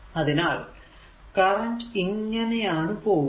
അതിനാൽ കറന്റ് ഇങ്ങനെ ആണ് പോകുക